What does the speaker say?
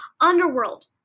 underworld